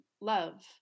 love